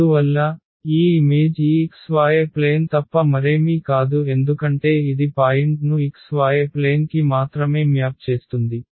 అందువల్ల ఈ ఇమేజ్ ఈ xy ప్లేన్ తప్ప మరేమీ కాదు ఎందుకంటే ఇది పాయింట్ను xy ప్లేన్ కి మాత్రమే మ్యాప్ చేస్తుంది